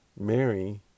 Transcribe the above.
Mary